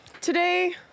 today